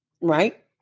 right